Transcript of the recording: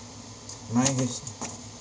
my H